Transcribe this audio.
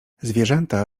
zwierzęta